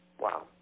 Wow